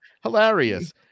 Hilarious